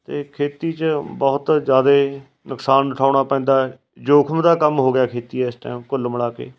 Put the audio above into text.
ਅਤੇ ਖੇਤੀ 'ਚ ਬਹੁਤ ਜ਼ਿਆਦਾ ਨੁਕਸਾਨ ਉਠਾਉਣਾ ਪੈਂਦਾ ਜੋਖਮ ਦਾ ਕੰਮ ਹੋ ਗਿਆ ਖੇਤੀ ਇਸ ਟਾਈਮ ਕੁੱਲ ਮਿਲਾ ਕੇ